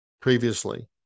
previously